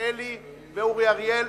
מיכאלי ואורי אריאל,